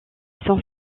son